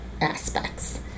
aspects